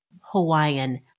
Hawaiian